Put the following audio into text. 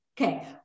okay